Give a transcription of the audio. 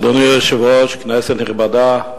אדוני היושב-ראש, כנסת נכבדה,